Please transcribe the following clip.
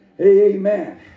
Amen